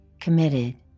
committed